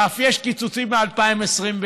ואף יש קיצוצים מ-2021.